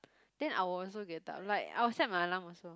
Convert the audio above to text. then I will also get up like I will set my alarm also